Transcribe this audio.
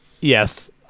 Yes